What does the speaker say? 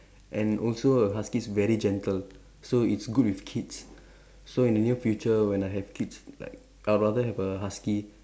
and also a husky's very gentle so it's good with kids so in the near future when I have kids like I rather have a husky